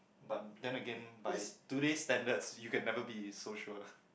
but then again by today's standards you can never be so sure